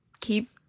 keep